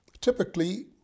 typically